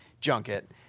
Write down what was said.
junket